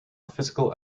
physical